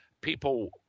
people